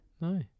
No